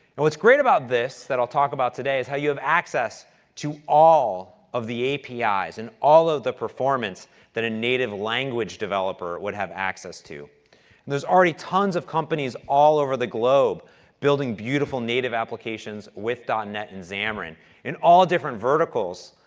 and what's great about this that i'll talk about today is how you have access to all of the apis and all of the performance that a native language developer would have access to. and there's already tons of companies all over the globe building beautiful native applications with. net and xamarin and all different verticals,